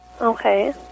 Okay